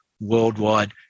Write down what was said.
worldwide